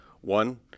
One